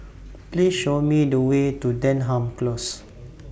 Please Show Me The Way to Denham Close